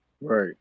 Right